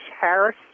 Harris